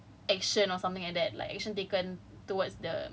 only after two weeks they reported baru ada like